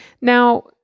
Now